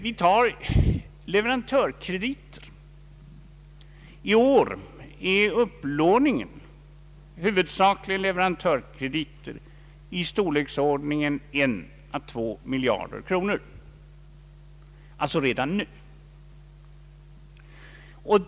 Vi tar leverantörskrediter. Upplåningen i form av leverantörskrediter uppgår i år till en å två miljarder kronor — redan till dags dato.